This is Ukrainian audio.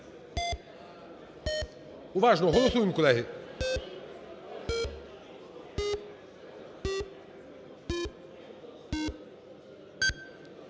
Уважно! Голосуємо, колеги.